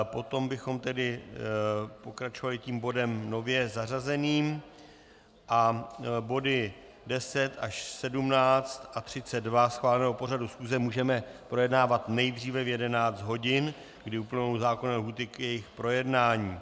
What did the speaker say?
Potom bychom tedy pokračovali bodem nově zařazeným a body 10 až 17 a 32 schváleného pořadu schůze můžeme projednávat nejdříve v 11 hodin, kdy uplynou zákonné lhůty k jejich projednání.